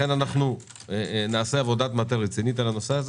לכן נעשה עבודת מטה רצינית בנושא.